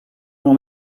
mon